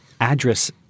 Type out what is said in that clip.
address